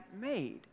made